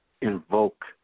invoke